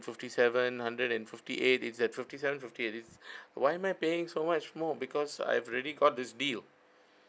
fifty seven hundred and fifty eight is at fifty seven fifty eight is why am I paying so much more because I've already got this deal